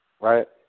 right